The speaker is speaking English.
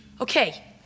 Okay